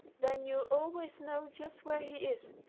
then you'll always know just where he is.